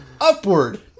upward